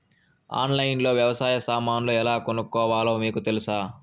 ఆన్లైన్లో లో వ్యవసాయ సామాన్లు ఎలా కొనుక్కోవాలో మీకు తెలుసా?